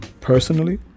personally